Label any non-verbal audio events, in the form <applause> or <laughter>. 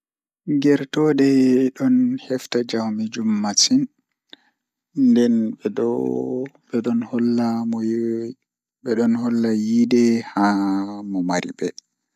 Ger too ɗe ɗon hefta jaaw mi jum masiin, nden ɓe doo be ɗon holla muyii, <unintelligible> be don holla yiide haa mo mari ɓe.